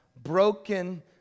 broken